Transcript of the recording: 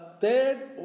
third